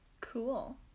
Cool